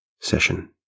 session